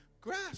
grass